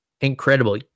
Incredible